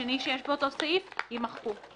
השני שיש באותו סעיף יימחקו.